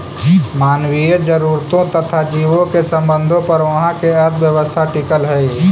मानवीय जरूरतों तथा जीवों के संबंधों पर उहाँ के अर्थव्यवस्था टिकल हई